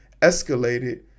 escalated